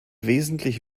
wesentlich